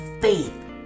faith